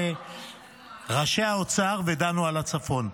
ראשי האוצר, ודנו על הצפון.